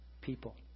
people